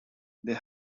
they